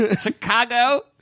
Chicago